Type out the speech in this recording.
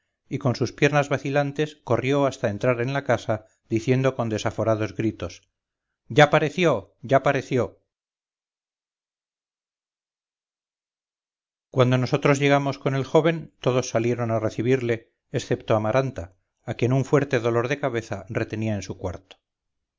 y con sus piernas vacilantes corrió hasta entrar en la casa diciendo con desaforados gritos ya pareció ya pareció cuando nosotros llegamos con el joven todos salieron a recibirle excepto amaranta a quien un fuerte dolor de cabeza retenía en su cuarto